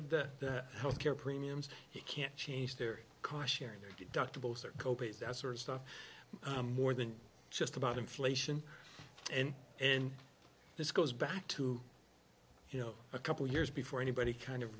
of the health care premiums you can't change their car sharing your deductibles or co pays that sort of stuff i'm more than just about inflation and and this goes back to you know a couple years before anybody kind of